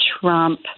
Trump